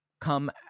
come